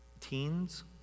Teens